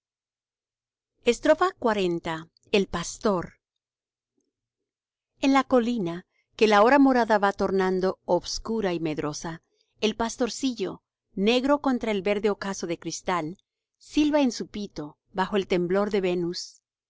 xl el pastor en la colina que la hora morada va tornando obscura y medrosa el pastorcillo negro contra el verde ocaso de cristal silba en su pito bajo el temblor de venus